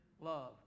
love